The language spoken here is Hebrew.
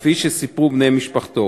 כפי שסיפרו בני משפחתו.